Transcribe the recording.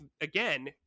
again